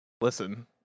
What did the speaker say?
Listen